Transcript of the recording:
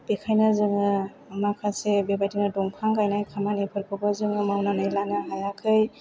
बेखायनो जोङो माखासे बेबायदिनो दंफां गायनाय खामानिफोरखौबो जोङो मावनानै लानो हायाखै